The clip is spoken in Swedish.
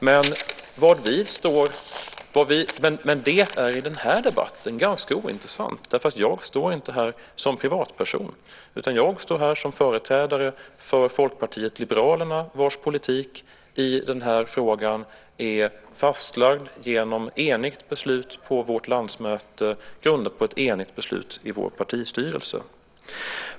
Men det är i den här debatten ganska ointressant, därför att jag står inte här som privatperson, utan jag står här som företrädare för Folkpartiet liberalerna, vars politik i den här frågan är fastlagd genom ett enigt beslut på vårt landsmöte grundat på ett enigt beslut i vår partistyrelse.